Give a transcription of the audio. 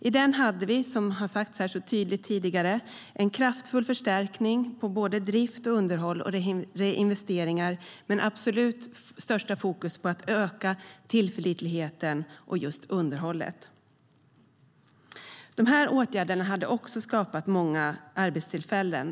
I den hade vi, som har sagts så tydligt här tidigare, en kraftfull förstärkning av drift och underhåll och reinvesteringar med absolut störst fokus på att öka tillförlitligheten och underhållet.De här åtgärderna hade också skapat många arbetstillfällen.